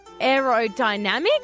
aerodynamic